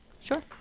Sure